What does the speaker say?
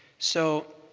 so